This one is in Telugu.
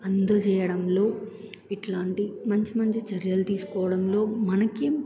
అందజేయడంలో ఇలాంటి మంచి మంచి చర్యలు తీసుకోవడంలో మనకి